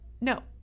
No